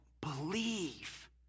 believe